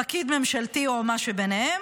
פקיד ממשלתי או מה שביניהם,